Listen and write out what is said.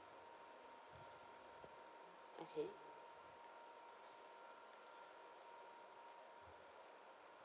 okay